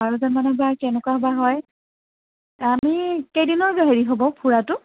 বাৰজন মানৰ বা কেনেকুৱা বা হয় আমি কেইদিনৰ হেৰি হ'ব ফুৰাটো